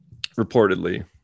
Reportedly